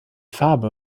farbe